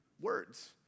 words